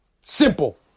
Simple